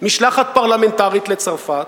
משלחת פרלמנטרית לצרפת.